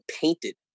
painted